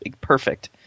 perfect